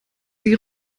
sie